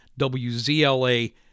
WZLA-